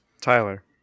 Tyler